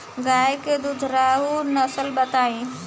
गाय के दुधारू नसल बताई?